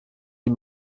die